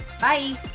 bye